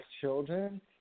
children